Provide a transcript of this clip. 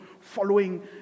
following